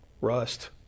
Rust